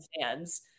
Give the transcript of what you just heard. fans